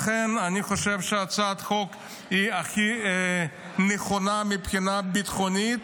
לכן אני חושב שהצעת החוק היא הכי נכונה מבחינה ביטחונית,